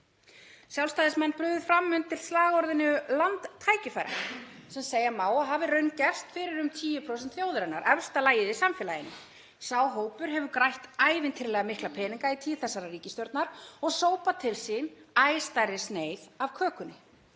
Sjálfstæðismenn buðu fram undir slagorðinu land tækifæranna, sem segja má að hafi raungerst fyrir um 10% þjóðarinnar, efsta lagið í samfélaginu. Sá hópur hefur grætt ævintýralega mikla peninga í tíð þessarar ríkisstjórnar og sópað til sín æ stærri sneið af kökunni.